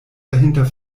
dahinter